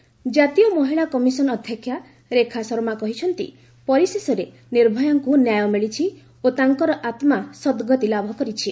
କାତୀୟ ମହିଳା କମିଶନ ଅଧ୍ୟକ୍ଷା ରେଖା ଶର୍ମା କହିଛନ୍ତି ପରିଶେଷରେ ନିର୍ଭୟାଙ୍କୁ ନ୍ୟାୟ ମିଳିଛି ଓ ତାଙ୍କର ଆତ୍ଲା ସଦ୍ଗତି ଲାଭ କରିଛି